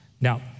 Now